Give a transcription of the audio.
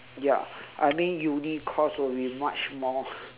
ya I mean uni course would be much more